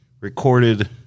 recorded